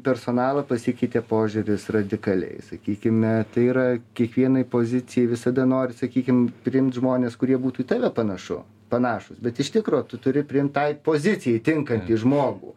personalo pasikeitė požiūris radikaliai sakykime tai yra kiekvienai pozicijai visada noriu sakykim priimt žmones kurie būtų į tave panašu panašūs bet iš tikro tu turi priimt tai pozicijai tinkantį žmogų